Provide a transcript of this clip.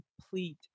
complete